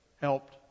helped